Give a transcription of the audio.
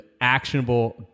actionable